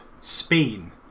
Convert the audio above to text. Spain